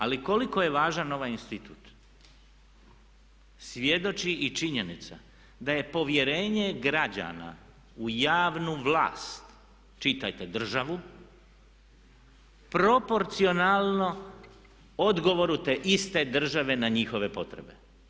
Ali koliko je važan ovaj institut svjedoči i činjenica da je povjerenje građana u javnu vlast, čitajte državu proporcionalno odgovoru te iste države na njihove potrebe.